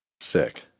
Sick